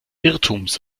irrtums